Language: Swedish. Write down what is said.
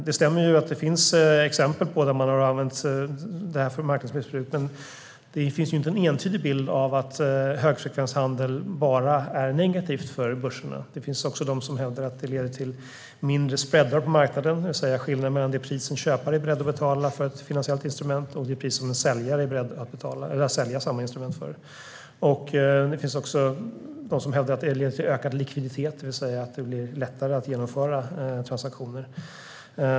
Det stämmer att det finns exempel på marknadsmissbruk, men det finns inte en entydig bild av att högfrekvenshandel bara är negativt för börserna. Det finns också de som hävdar att den leder till mindre så kallade spreadar på marknaden, det vill säga skillnaden mellan det pris som köpare är beredda att betala för att finansiera ett instrument och det pris som en säljare är beredd att sälja samma instrument för. Det finns också de som hävdar att det leder till ökad likviditet, det vill säga att det blir lättare att genomföra transaktioner.